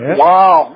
wow